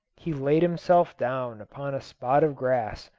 he laid himself down upon a spot of grass,